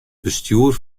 bestjoer